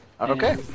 Okay